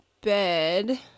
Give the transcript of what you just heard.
bed